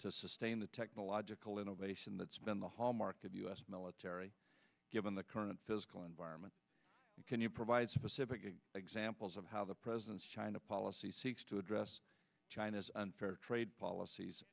to sustain the technological innovation that's been the hallmark of u s military given the current physical environment can you provide specific examples of how the president's china policy seeks to address china's unfair trade policies